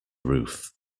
roof